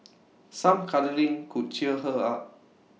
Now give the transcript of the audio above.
some cuddling could cheer her up